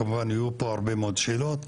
כמובן יהיו פה הרבה מאוד שאלות,